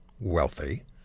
wealthy